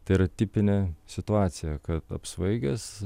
tai yra tipinė situacija kad apsvaigęs